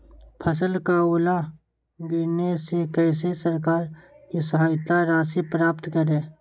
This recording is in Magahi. फसल का ओला गिरने से कैसे सरकार से सहायता राशि प्राप्त करें?